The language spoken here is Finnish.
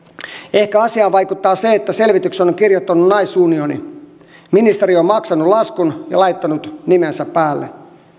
ehkä asiaan vaikuttaa se että selvityksen on on kirjoittanut naisunioni ministeriö on maksanut laskun ja laittanut nimensä päälle